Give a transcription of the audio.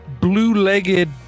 blue-legged